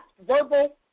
verbal